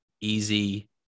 easy